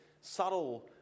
subtle